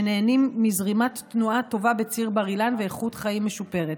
שנהנים מזרימת תנועה טובה בציר בר אילן ואיכות חיים משופרת.